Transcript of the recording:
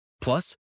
Plus